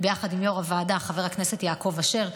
ביחד עם יו"ר הוועדה חבר הכנסת יעקב אשר,